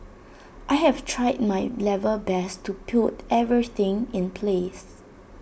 I have tried my level best to put everything in place